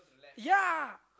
ya